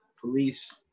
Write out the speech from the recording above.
police